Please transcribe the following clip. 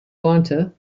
warnte